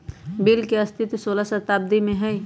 bill के अस्तित्व सोलह शताब्दी से हइ